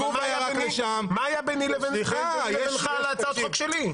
אבל מה היה ביני לבינך על הצעות חוק שלי?